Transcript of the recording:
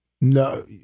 No